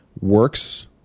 works